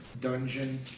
dungeon